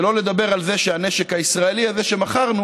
שלא לדבר על זה שהנשק הישראלי הזה שמכרנו